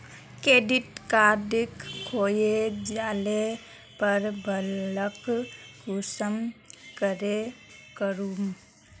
Credit card खोये जाले पर ब्लॉक कुंसम करे करूम?